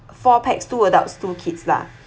four pax two adults two kids lah